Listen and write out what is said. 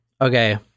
okay